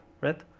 right